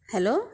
hello